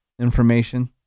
information